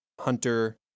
hunter